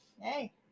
Hey